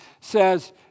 says